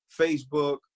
Facebook